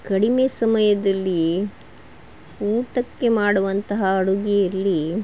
ಕಡಿಮೆ ಸಮಯದಲ್ಲಿ ಊಟಕ್ಕೆ ಮಾಡುವಂತಹ ಅಡುಗೆಯಲ್ಲಿ